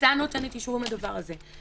מועצה נותנת אישורים לדבר הזה.